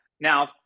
Now